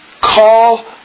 call